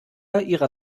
ihrer